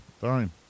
Fine